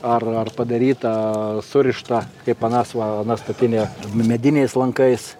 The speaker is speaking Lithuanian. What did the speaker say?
ar ar padarytą surištą kaip anas va ana statinė mediniais lankais